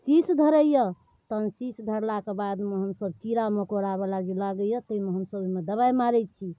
शीश धरैए तहन शीश धरला कऽ बादमे हमसब कीड़ा मकोड़ा बला जे लागैए ताहिमे ओहिमे हमसब दबाइ मारैत छी